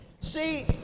see